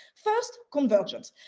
first convergence,